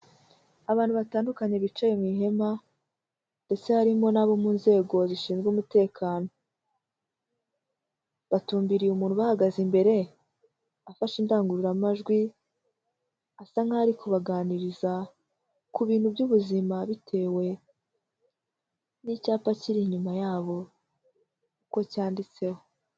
Abantu batandukanye bicaye mu ihema ndetse harimo n'abo mu nzego zishinzwe umutekano. Batumbiriye umuntu ubahagaze imbere, afashe indangururamajwi, asa nkaho ari kubaganiriza ku bintu by'ubuzima bitewe n'icyapa kiri inyuma yabo, uko cyanditseho.